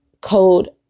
code